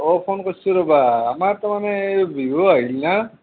অঁ ফোন কৰছোঁ ৰ'বা আমাৰ তাৰ মানে এই বিহু আহিল না